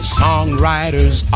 songwriters